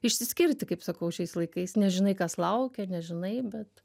išsiskirti kaip sakau šiais laikais nežinai kas laukia nežinai bet